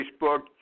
Facebook